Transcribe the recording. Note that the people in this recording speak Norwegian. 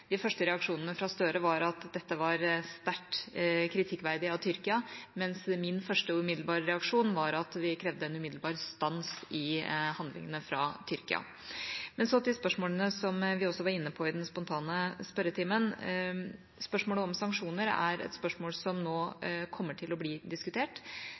De første reaksjonene fra Støre var at dette var sterkt kritikkverdig av Tyrkia, mens min første umiddelbare reaksjon var at vi krevde en umiddelbar stans i handlingene fra Tyrkia. Men så til spørsmålene, som vi også var inne på i den spontane spørretimen. Spørsmålet om sanksjoner er et spørsmål som nå